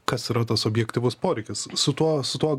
kas yra tas objektyvus poreikis su tuo su tuo